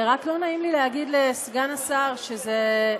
רק לא נעים לי להגיד לסגן השר שזה,